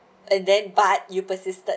and then but you persisted